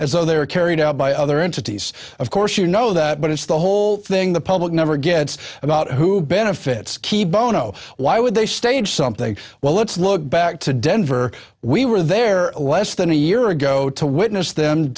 as though they are carried out by other entities of course you know that but it's the whole thing the public never gets about who benefits kebo no why would they stage something well let's look back to denver we were there less than a year ago to witness them